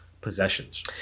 possessions